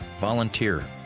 Volunteer